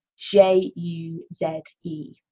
j-u-z-e